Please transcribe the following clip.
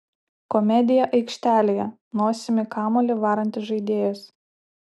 komedija aikštelėje nosimi kamuolį varantis žaidėjas